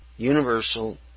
Universal